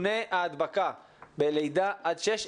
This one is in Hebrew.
סוגרים --- גם אז ההתקהלות היא התקהלות עם רווחים של שני מטרים.